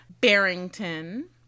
Barrington